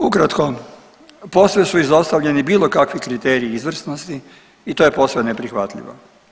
Ukratko, posve su izostavljeni bilo kakvi kriteriji izvrsnosti i to je posve neprihvatljivo.